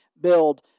build